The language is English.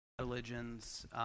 religions